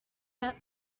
yet